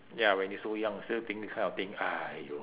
ya when you so young still think this kind of thing !aiyo!